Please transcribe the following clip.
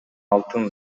алтын